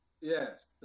yes